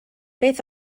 beth